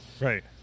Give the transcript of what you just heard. Right